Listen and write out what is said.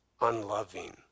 unloving